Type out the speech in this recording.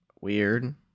weird